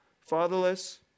fatherless